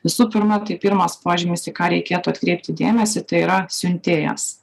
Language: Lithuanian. visų pirma tai pirmas požymis į ką reikėtų atkreipti dėmesį tai yra siuntėjas